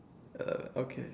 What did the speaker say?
eleven okay